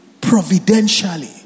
Providentially